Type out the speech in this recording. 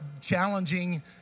challenging